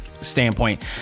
standpoint